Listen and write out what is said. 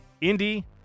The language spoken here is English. Indy